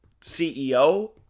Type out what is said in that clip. CEO